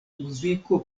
muziko